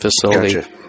facility